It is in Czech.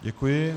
Děkuji.